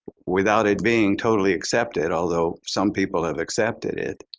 without it being totally accepted, although some people have accepted it,